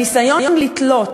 הניסיון לתלות